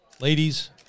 Ladies